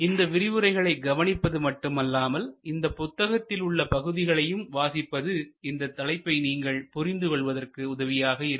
இந்த விரிவுரைகளை கவனிப்பது மட்டுமல்லாமல் இந்த புத்தகத்தில் உள்ள பகுதியையும் வாசிப்பது இந்த தலைப்பை நீங்கள் புரிந்து கொள்வதற்கு உதவியாக இருக்கும்